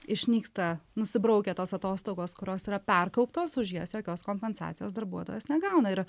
išnyksta nusibraukia tos atostogos kurios yra per kauptos už jas jokios kompensacijos darbuotojas negauna ir